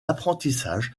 apprentissage